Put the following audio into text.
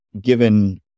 given